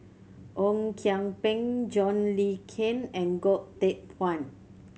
Ong Kian Peng John Le Cain and Goh Teck Phuan